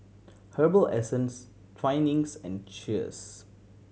Herbal Essences Twinings and Cheers